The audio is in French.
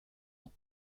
ans